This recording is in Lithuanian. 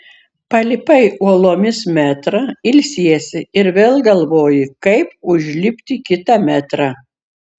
palipai uolomis metrą ilsiesi ir vėl galvoji kaip užlipti kitą metrą